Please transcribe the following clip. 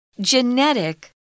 Genetic